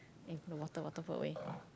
eh the water water put away